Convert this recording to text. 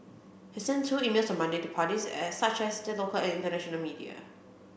he sent two emails on Monday to parties as such as the local and international media